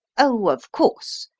oh, of course,